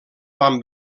van